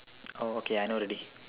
oh okay I know already